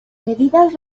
medidas